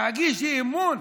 להגיש אי-אמון,